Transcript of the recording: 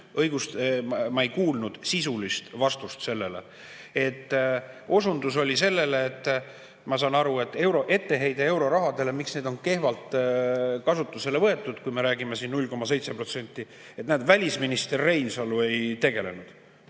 kõnes ma ei kuulnud sisulist vastust sellele. Osundus oli sellele, ma saan aru, etteheide, et miks euroraha on kehvalt kasutusele võetud, kui me räägime siin 0,7%. Näed, välisminister Reinsalu ei tegelenud!